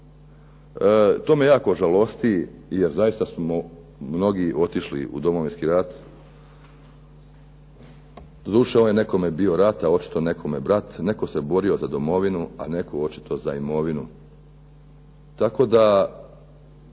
To me jako žalosti jer zaista smo mnogi otišli u Domovinski rat, doduše on je nekome bio rat, a očito nekome brat. Netko se borio za domovinu, a netko očito za imovinu. Tako da